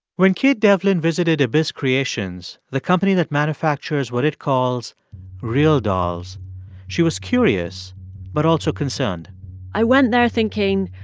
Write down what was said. when kate devlin visited abyss creations, the company that manufactures what it calls realdolls, she was curious but also concerned i went there thinking,